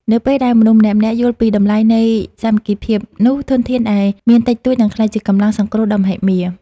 នៅពេលដែលមនុស្សម្នាក់ៗយល់ពីតម្លៃនៃសាមគ្គីភាព នោះធនធានដែលមានតិចតួចនឹងក្លាយជាកម្លាំងសង្គ្រោះដ៏មហិមា។